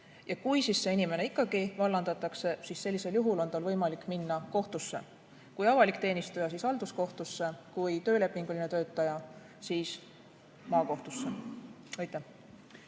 Kui see inimene ikkagi vallandatakse, siis sellisel juhul on tal võimalik minna kohtusse – avalik teenistuja halduskohtusse, töölepinguline töötaja maakohtusse. Suur